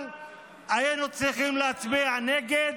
אבל היינו צריכים להצביע נגד.